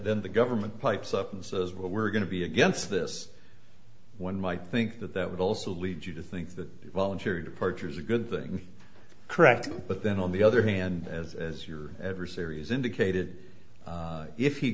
then the government pipes up and says well we're going to be against this one might think that that would also lead you to think that well i'm sure departures a good thing correct but then on the other hand as your adversaries indicated if he